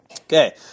Okay